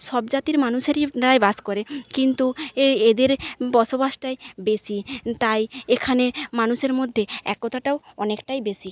সব জাতির মানুষেরই রাই বাস করে কিন্তু এদের বসবাসটাই বেশি তাই এখানের মানুষের মধ্যে একতাটাও অনেকটাই বেশি